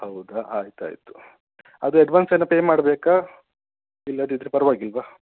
ಹೌದಾ ಆಯ್ತು ಆಯಿತು ಅದು ಎಡ್ವಾನ್ಸೇನು ಪೇ ಮಾಡಬೇಕ ಇಲ್ಲದಿದ್ರೆ ಪರವಾಗಿಲ್ವ